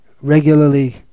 regularly